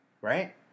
right